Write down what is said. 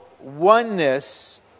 oneness